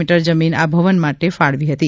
metre જમીન આ ભવન માટે ફાળવી આપી હતી